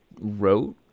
wrote